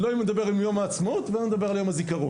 לא אם נדבר על יום העצמאות ולא נדבר על יום הזיכרון,